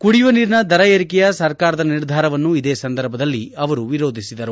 ಕುಡಿಯುವ ನೀರಿನ ದರ ಏರಿಕೆಯ ಸರ್ಕಾರದ ನಿರ್ಧಾರವನ್ನು ಇದೇ ಸಂದರ್ಭದಲ್ಲಿ ಅವರು ವಿರೋಧಿಸಿದರು